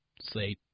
say